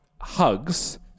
hugs